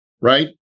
right